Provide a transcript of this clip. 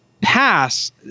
pass